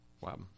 Wow